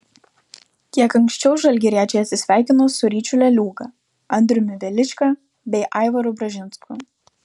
kiek anksčiau žalgiriečiai atsisveikino su ryčiu leliūga andriumi velička bei aivaru bražinsku